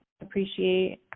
appreciate